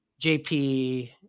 JP